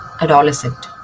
adolescent